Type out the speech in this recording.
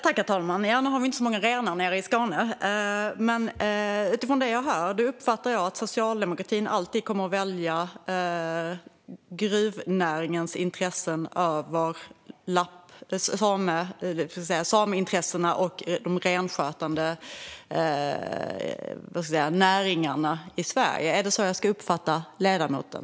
Herr talman! Nu har vi ju inte så många renar nere i Skåne. Men utifrån det jag hör uppfattar jag att socialdemokratin alltid kommer att välja gruvnäringens intressen över sameintressena och intressena hos de renskötande näringarna i Sverige. Är det så jag ska uppfatta ledamoten?